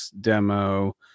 demo